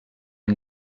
han